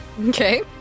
Okay